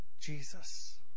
Jesus